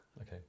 Okay